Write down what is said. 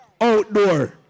Outdoor